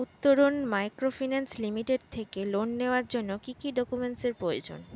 Uttaran microfinance limited থেকে loan নেওয়ার জন্য কি কি ডকুমেন্টস এর প্রয়োজন?